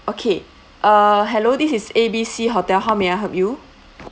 okay uh hello this is A B C hotel how may I help you